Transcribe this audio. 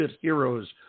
Heroes